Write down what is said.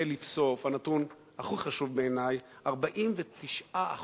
ולבסוף, הנתון הכי חשוב בעיני, 49%